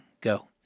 go